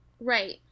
right